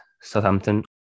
Southampton